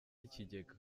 ikigega